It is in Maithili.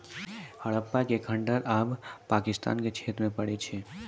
हड़प्पा के खंडहर आब पाकिस्तान के क्षेत्र मे पड़ै छै